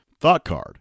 ThoughtCard